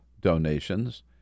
donations